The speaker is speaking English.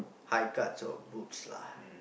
high cuts or boots lah